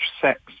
sex